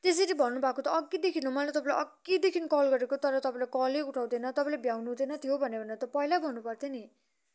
त्यसरी भन्नुभएको भए त अघिदेखि मैले तपाईँलाई अघिदेखि कल गरेको तर तपाईँले कलै उठाउँदैन तपाईँले भ्याउनु हुँदैन थियो भने त पहिल्यै भन्नुपर्थ्यो नि